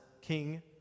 King